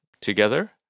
together